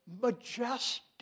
majestic